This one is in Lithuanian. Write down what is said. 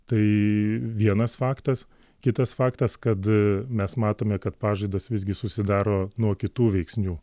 tai vienas faktas kitas faktas kad mes matome kad pažaidas visgi susidaro nuo kitų veiksnių